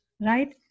right